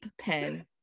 pen